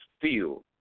feel